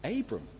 Abram